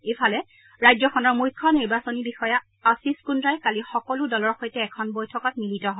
ইফালে ৰাজ্যখনৰ মুখ্য নিৰ্বাচনী বিষয়া আশীষ কুদ্ৰাই কালি সকলো দলৰ সৈতে এখন বৈঠকত মিলিত হয়